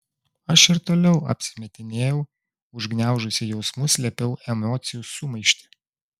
aš ir toliau apsimetinėjau užgniaužusi jausmus slėpiau emocijų sumaištį